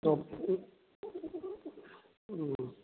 ꯑꯣ ꯎꯝ